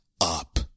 up